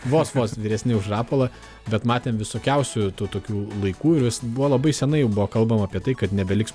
vos vos vyresni už rapolą bet matėm visokiausių tų tokių laikų ir vis labai senai jau buvo kalbama apie tai kad nebeliks